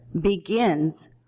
begins